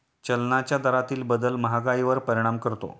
चलनाच्या दरातील बदल महागाईवर परिणाम करतो